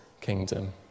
kingdom